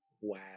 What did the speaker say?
Wow